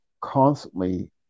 constantly